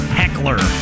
heckler